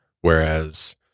Whereas